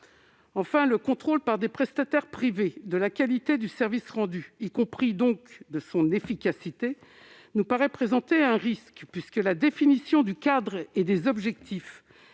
Enfin, le contrôle par des prestataires privés de la qualité du service rendu, y compris de son efficacité, nous paraît présenter un risque. En effet, la définition du cadre et des objectifs